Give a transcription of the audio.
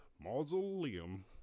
Mausoleum